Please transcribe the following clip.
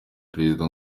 perezida